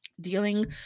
dealing